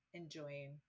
enjoying